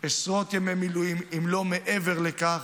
עשרות ימי מילואים אם לא מעבר לכך,